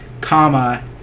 comma